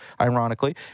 ironically